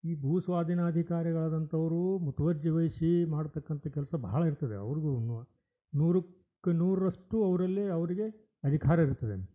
ಈ ಭೂ ಸ್ವಾಧೀನ ಅಧಿಕಾರಿಗಳಾದಂಥವ್ರು ಮುತುವರ್ಜಿವಹಿಸಿ ಮಾಡ್ತಕ್ಕಂಥ ಕೆಲಸ ಬಹಳ ಇರ್ತದೆ ಅವ್ರಿಗೂನೂ ನೂರಕ್ಕೆ ನೂರರಷ್ಟು ಅವರಲ್ಲಿ ಅವ್ರಿಗೆ ಅಧಿಕಾರ ಇರ್ತದೆ